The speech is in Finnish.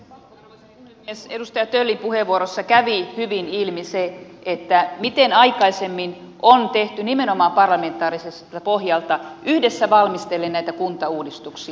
edustaja töllin puheenvuorossa kävi hyvin ilmi se miten aikaisemmin on tehty nimenomaan parlamentaariselta pohjalta yhdessä valmistellen näitä kuntauudistuksia